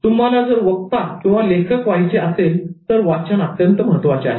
तुम्हाला जर वक्ता किंवा लेखक व्हायचे असेल तर वाचन अत्यंत महत्त्वाचे आहे